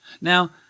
Now